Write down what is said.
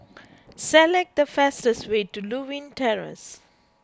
select the fastest way to Lewin Terrace